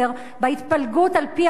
בהתפלגות על-פי המאיונים.